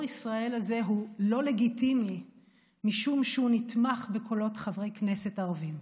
ישראל הזה הוא לא לגיטימי משום שהוא נתמך בקולות חברי כנסת ערבים.